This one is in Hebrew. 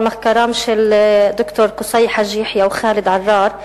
מחקרם של ד"ר קוסאי חאג' יחיא וחאלד עראר,